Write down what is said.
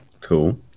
Cool